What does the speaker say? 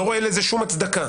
אני לא רואה לזה שום הצדקה.